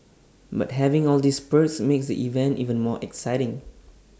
but having all these perks makes the event even more exciting